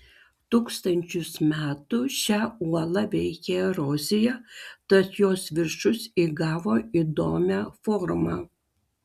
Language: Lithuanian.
tūkstančius metų šią uolą veikė erozija tad jos viršus įgavo įdomią formą